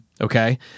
Okay